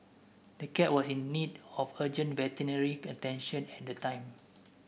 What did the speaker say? the cat was in need of urgent veterinary attention at the time